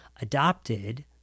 adopted